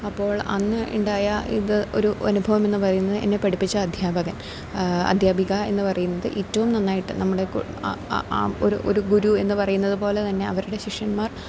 അപ്പോൾ അന്ന് ഉണ്ടായ ഇത് ഒരു അനുഭവം എന്ന് പറയുന്നത് എന്നെ പഠിപ്പിച്ച അദ്ധ്യാപകന് അദ്ധ്യാപിക എന്ന് പറയുന്നത് ഏറ്റവും നന്നായിട്ട് നമ്മുടെ ആ ആ ഒരു ഒരു ഗുരു എന്ന് പറയുന്നത് പോലെ തന്നെ അവരുടെ ശിഷ്യന്മാര്